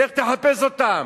לך תחפש אותם.